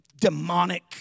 demonic